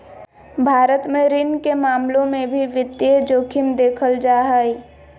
भारत मे ऋण के मामलों मे भी वित्तीय जोखिम देखल जा हय